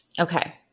Okay